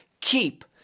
keep